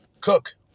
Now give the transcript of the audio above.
Cook